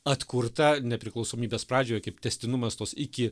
atkurta nepriklausomybės pradžioje kaip tęstinumas tos iki